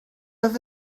oedd